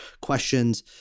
questions